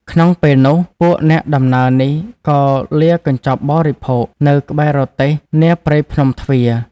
ក្នុងពេលនោះ ពួកអ្នកដំណើរនេះក៏លាកញ្ចប់បរិភោគ នៅក្បែររទេះ នាព្រៃភ្នំទ្វារ ។